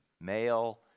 male